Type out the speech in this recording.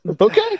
Okay